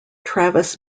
travis